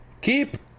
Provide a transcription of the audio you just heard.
keep